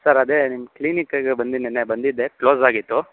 sir ಅದೇ ನಿಮ್ಮ ಕ್ಲಿನಿಕ್ಕಿಗೆ ಬಂದಿ ನಿನ್ನೆ ಬಂದಿದ್ದೆ ಕ್ಲೋಸಾಗಿತ್ತು